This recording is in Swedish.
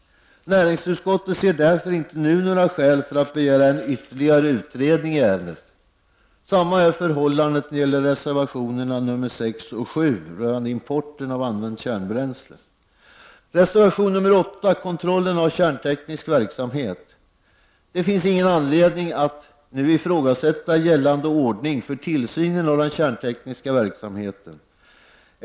Näringsutskottet ser därför nu inte några skäl för att begära en ytterligare utredning i ärendet. Reservation nr 8 behandlar kontrollen av kärnteknisk verksamhet. Det finns inte någon anledning att nu ifrågasätta gällande ordning för tillsynen av den kärntekniska verksamheten.